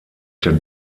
der